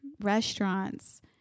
Restaurants